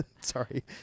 Sorry